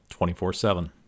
24-7